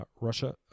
Russia